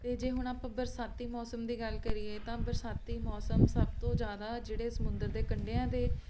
ਅਤੇ ਜੇ ਹੁਣ ਆਪਾਂ ਬਰਸਾਤੀ ਮੌਸਮ ਦੀ ਗੱਲ ਕਰੀਏ ਤਾਂ ਬਰਸਾਤੀ ਮੌਸਮ ਸਭ ਤੋਂ ਜ਼ਿਆਦਾ ਜਿਹੜੇ ਸਮੁੰਦਰ ਦੇ ਕੰਢਿਆਂ ਦੇ